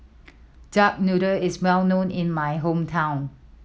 duck noodle is well known in my hometown